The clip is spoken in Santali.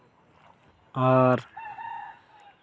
ᱟᱨ